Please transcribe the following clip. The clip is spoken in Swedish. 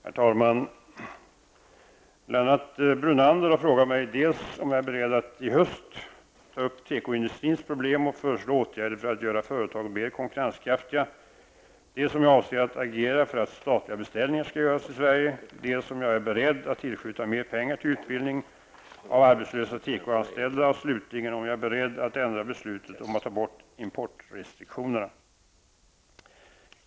Herr talman! Lennart Brunander har frågat mig dels om jag är beredd att i höst ta upp tekoindustrins problem och föreslå åtgärder för att göra företagen mer konkurrenskraftiga, dels om jag avser att agera för att statliga beställningar skall göras i Sverige, dels om jag är beredd att tillskjuta mer pengar till utbildning av arbetslösa tekoanställda och slutligen om jag är beredd att ändra beslutet om att ta bort importrestriktionerna.